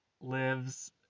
lives